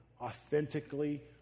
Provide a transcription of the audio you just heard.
authentically